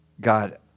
God